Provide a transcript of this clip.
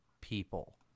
people